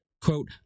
quote